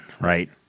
Right